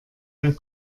der